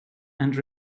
and